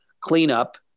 cleanup